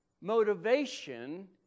motivation